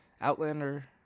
outlander